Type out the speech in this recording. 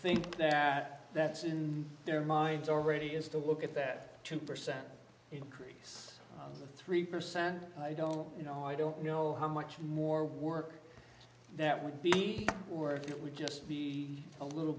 think that that's in their minds already is to look at that two percent increase three percent i don't know i don't know how much more work that would be worth it would just be a little